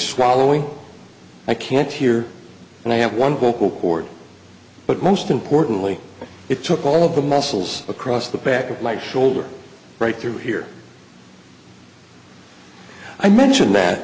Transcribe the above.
swallowing i can't hear and i have one vocal chord but most importantly it took all of the muscles across the back of my shoulder right through here i mention that